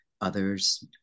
Others